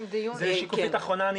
השקף האחרון.